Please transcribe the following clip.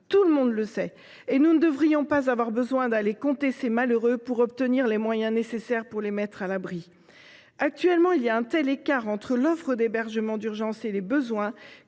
Tout le monde la connaît ! Nous ne devrions pas avoir besoin d’aller compter ces malheureux pour obtenir les moyens nécessaires à leur mise à l’abri. Actuellement, l’écart est tel entre l’offre d’hébergement d’urgence et les besoins